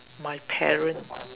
my parent